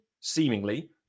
seemingly